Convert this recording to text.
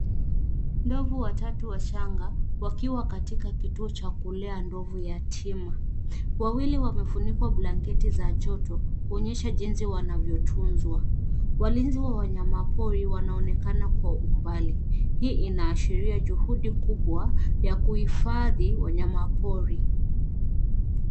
Ndovu watatu wachanga wakiwa katika kituo cha kulea ndovu yatima. Wawili wamefunikwa blanketi za joto kuonyesha jinsi wanavyotunzwa. Walinzi wa wanyamapori wanaonekana kwa umbali. Hii inaashiria juhudi kubwa ya kuhifadhi wanyamapori.